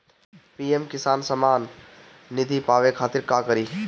PM Kisan Samman Nidhi पावे खातिर का करी?